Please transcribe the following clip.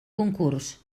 concurs